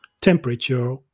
temperature